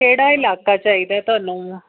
ਕਿਹੜਾ ਇਲਾਕਾ ਚਾਹੀਦਾ ਤੁਹਾਨੂੰ